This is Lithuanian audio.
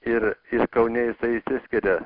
ir ir kaune jisai išsiskiria